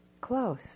close